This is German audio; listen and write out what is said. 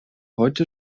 heute